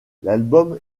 l’album